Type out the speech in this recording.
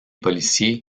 policier